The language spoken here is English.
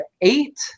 eight